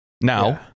now